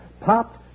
popped